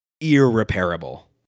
Irreparable